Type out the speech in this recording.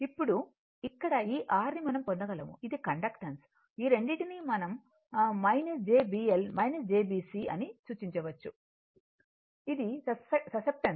ఇప్పుడు ఇక్కడ ఈ R ను మనం పొందగలము ఇది కండక్టెన్స్ ఈ రెండిటిని jB L jBC అని సూచించవచ్చు అది ససెప్టెన్స్